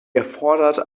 erfordert